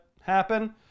happen